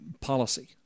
policy